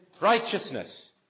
righteousness